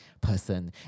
person